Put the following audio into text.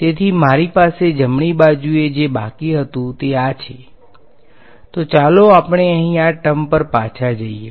તેથી મારી પાસે જમણી બાજુએ જે બાકી હતું તે આ છે તેથી ચાલો આપણે અહીં આ ટર્મ પર પાછા જઈએ